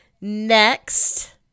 Next